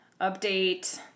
update